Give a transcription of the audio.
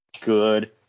Good